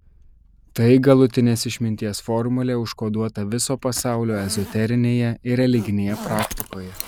tai galutinės išminties formulė užkoduota viso pasaulio ezoterinėje ir religinėje praktikoje